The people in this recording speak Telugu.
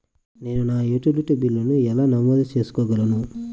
నేను నా యుటిలిటీ బిల్లులను ఎలా నమోదు చేసుకోగలను?